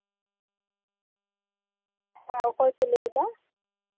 ᱦᱮᱸ ᱚᱠᱚᱭ ᱯᱮ ᱞᱟᱹᱭᱫᱟ